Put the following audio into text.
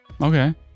okay